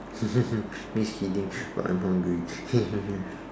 me is kidding but I'm hungry